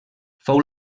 fou